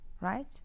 right